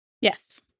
Yes